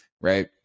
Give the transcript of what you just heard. right